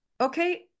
Okay